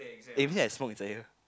eh maybe I smoke inside here